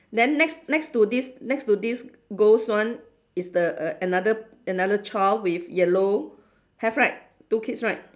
then next next to this next to this ghost one is the another another child with yellow have right two kids right